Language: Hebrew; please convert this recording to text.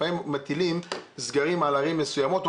לפעמים מטילים סגרים על ערים מסוימות או